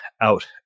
out